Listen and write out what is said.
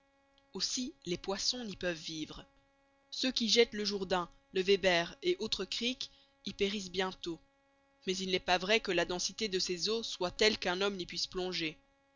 aussi les poissons n'y peuvent vivre ceux qu'y jettent le jourdain le weber et autres creeks y périssent bientôt mais il n'est pas vrai que la densité de ses eaux soit telle qu'un homme n'y puisse plonger